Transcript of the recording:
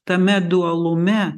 tame dualume